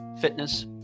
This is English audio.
fitness